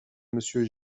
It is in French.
monsieur